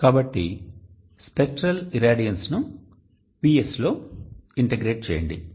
కాబట్టి spectral irradiance ను PS లో ఇంటిగ్రేట్ చేయండి